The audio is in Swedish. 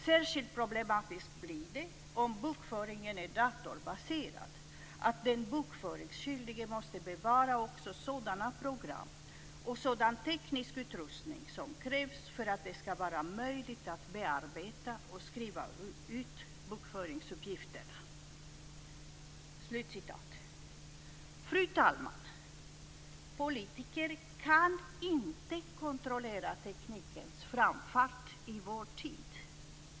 Särskilt problematiskt blir det, om bokföringen är datorbaserad, att den bokföringsskyldige måste bevara också sådana program och sådan teknisk utrustning som krävs för att det skall vara möjligt att bearbeta och skriva ut bokföringsuppgifterna." Fru talman! Politiker kan inte kontrollera teknikens framfart i vår tid.